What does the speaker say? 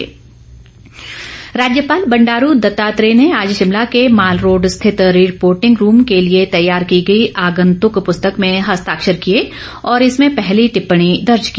राज्यपाल राज्यपाल बंडारू दत्तात्रेय ने आज शिमला के मालरोड़ स्थित रिपोर्टिंग रूम के लिए तैयार की गई आगन्तुक पुस्तक में हस्ताक्षर किए और इसमें पहली टिप्पणी दर्ज की